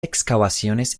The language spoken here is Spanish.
excavaciones